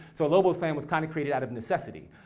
so lobo slam was kinda created out of necessity.